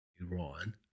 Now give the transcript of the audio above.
Iran